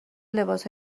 لباس